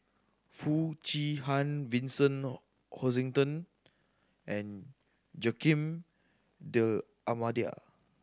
Foo Chee Han Vincent Hoisington and Joaquim D'Almeida